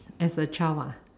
as a child ah